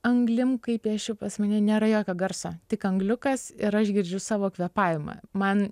anglim kai piešiu pas mane nėra jokio garso tik angliukas ir aš girdžiu savo kvėpavimą man